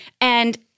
And-